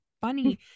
funny